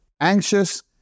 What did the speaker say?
anxious